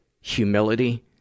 humility